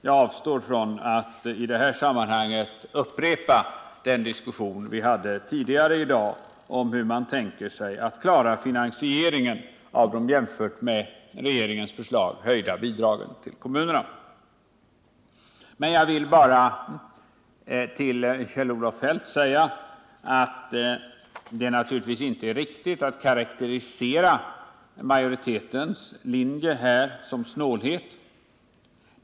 Jag avstår från att i detta sammanhang upprepa den diskussion vi hade tidigare i dag om hur man tänker sig att klara finansieringen av de jämfört med regeringens förslag höjda bidragen till kommunerna. Till Kjell-Olof Feldt vill jag bara säga att det naturligtvis inte är riktigt att karakterisera majoritetens linje som snålhet.